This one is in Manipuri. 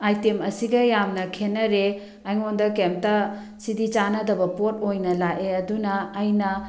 ꯑꯥꯏꯇꯦꯝ ꯑꯁꯤꯒ ꯌꯥꯝꯅ ꯈꯦꯠꯅꯔꯦ ꯑꯩꯉꯣꯟꯗ ꯀꯩꯝꯇ ꯁꯤꯗꯤ ꯆꯥꯟꯅꯗꯕ ꯄꯣꯠ ꯑꯣꯏꯅ ꯂꯥꯛꯑꯦ ꯑꯗꯨꯅ ꯑꯩꯅ